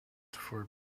for